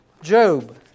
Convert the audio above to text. Job